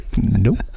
nope